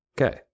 Okay